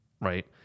right